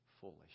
foolish